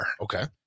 Okay